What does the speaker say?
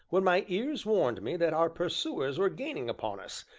when my ears warned me that our pursuers were gaining upon us,